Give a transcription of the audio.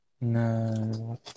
No